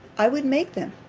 i would make them.